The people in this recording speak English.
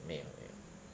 没有没有